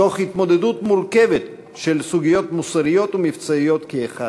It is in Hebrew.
תוך התמודדות מורכבת של סוגיות מוסריות ומבצעיות כאחד.